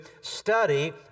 Study